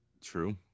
true